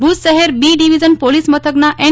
ભુજ શહેર B division police મથકના N